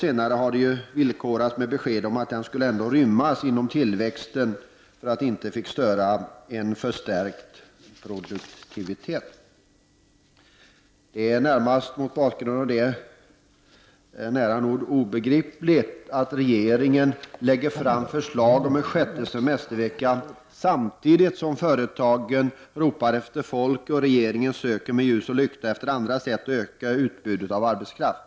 Senare har det villkorats med besked om att den skulle rymmas inom tillväxten så att den inte skulle störa en förstärkt produktivitet. Det är mot bakgrund av detta nära nog obegripligt att regeringen lägger fram förslag om en sjätte semestervecka, samtidigt som företagen ropar efter folk och regeringen söker med ljus och lykta efter andra sätt att öka utbudet av arbetskraft.